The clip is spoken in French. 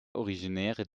originaire